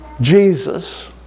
Jesus